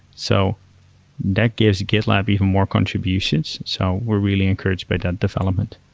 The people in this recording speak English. so that gives gitlab even more contributions. so we're really encouraged by that development.